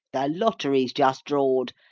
the lottery's just drawed,